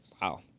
Wow